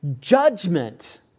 judgment